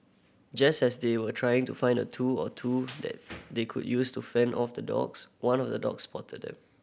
just as they were trying to find a tool or two that they could use to fend off the dogs one of the dogs spotted them